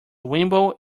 wimble